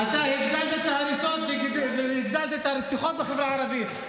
אתה הגדלת את ההריסות והגדלת את הרציחות בחברה הערבית.